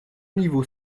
niveau